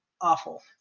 awful